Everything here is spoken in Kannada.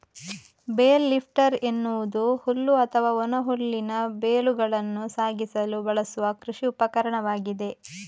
ಬೇಲ್ ಲಿಫ್ಟರ್ ಎನ್ನುವುದು ಹುಲ್ಲು ಅಥವಾ ಒಣ ಹುಲ್ಲಿನ ಬೇಲುಗಳನ್ನು ಸಾಗಿಸಲು ಬಳಸುವ ಕೃಷಿ ಉಪಕರಣವಾಗಿದೆ